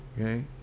okay